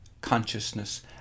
consciousness